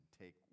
take